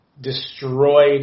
destroyed